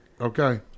okay